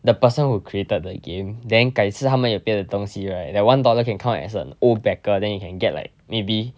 the person who created the game then 改次他们有别的东西 right that one dollar can come up as an old backer then you can get like maybe